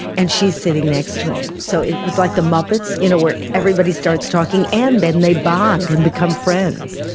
and she's sitting next to him. so it was like the muppets, you know, where everybody starts talking and then they bond and become friends.